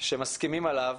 שמסכימים עליו,